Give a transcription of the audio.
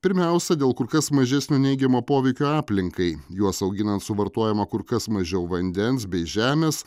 pirmiausia dėl kur kas mažesnio neigiamo poveikio aplinkai juos auginant suvartojama kur kas mažiau vandens bei žemės